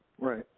Right